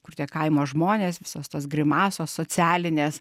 kur tie kaimo žmonės visos tos grimasos socialinės